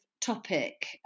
topic